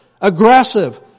Aggressive